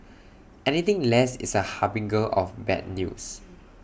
anything less is A harbinger of bad news